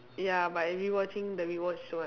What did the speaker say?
ya but I rewatching the rewatched one